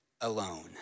alone